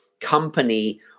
company